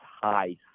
high